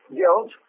guilt